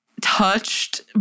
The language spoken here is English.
touched